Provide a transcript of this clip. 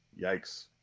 Yikes